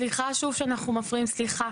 סליחה שוב שאנחנו מפריעים, סליחה.